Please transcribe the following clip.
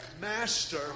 master